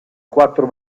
quattro